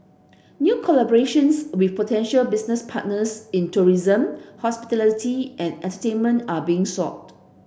new collaborations with potential business partners in tourism hospitality and entertainment are being sought